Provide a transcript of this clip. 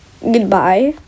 Goodbye